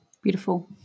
Beautiful